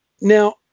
Now